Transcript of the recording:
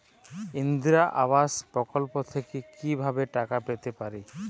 ইন্দিরা আবাস প্রকল্প থেকে কি ভাবে টাকা পেতে পারি?